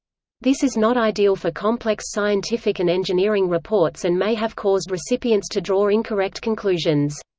this is not ideal for complex scientific and engineering reports and may have caused recipients to draw incorrect conclusions.